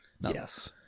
Yes